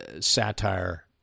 satire